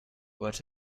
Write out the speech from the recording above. what